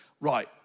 right